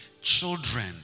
Children